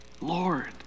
Lord